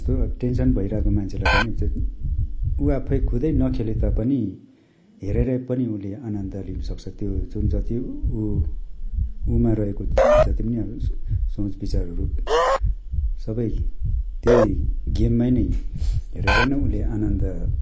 जस्तो टेन्सन भइरहेको मान्छेलाई पनि त्यो उ आफै खुदै नखेले तापनि हेरेरै पनि उल्ले आनन्द लिनु सक्छ त्यो जुन जति उ उमा रहेको जति पनि सोँच विचारहरू सबै त्यही गेममानै हेरेर नै उल्ले आनन्द